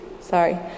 sorry